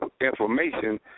information